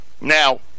Now